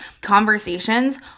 conversations